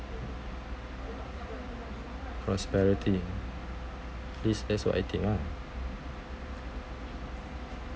prosperity this that's what I think ah